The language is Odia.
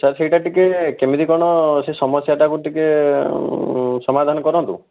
ସାର୍ ସେଇଟା ଟିକିଏ କେମିତି କ'ଣ ସେ ସମସ୍ୟାଟାକୁ ଟିକିଏ ସମାଧାନ କରାନ୍ତୁ